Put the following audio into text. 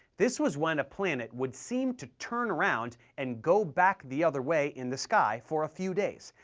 this was when a planet would seem to turn around and go back the other way in the sky for a few days,